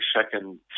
second